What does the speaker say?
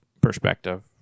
perspective